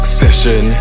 session